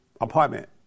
apartment